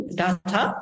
data